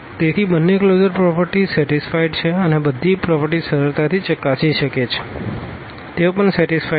તેથી બંને closure properties satisfied છે અન્ય બધી પ્રોપરટીઝ સરળતાથી ચકાસી શકે છે કે તેઓ પણ સેટીસફાઈડ છે